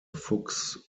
fuchs